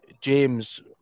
James